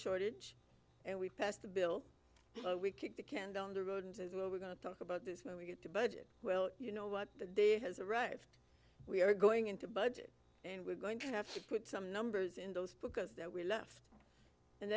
shortage and we passed the bill we kicked the can down the road as well we're going to talk about this when we get the budget well you know what the day has arrived we are going into budget and we're going to have to put some numbers in those because that we left and